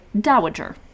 dowager